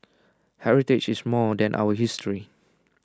heritage is more than our history